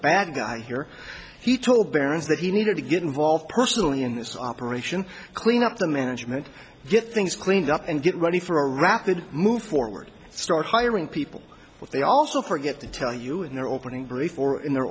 bad guy here he told barron's that he needed to get involved personally in this operation clean up the management get things cleaned up and get ready for a rapid move forward start hiring people but they also forget to tell you in their opening